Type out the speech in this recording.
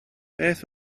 beth